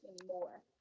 anymore